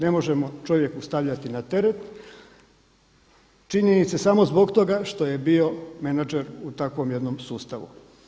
Ne možemo čovjeku stavljati na teret činjenice samo zbog toga što je bio menadžer u takvom jednom sustavu.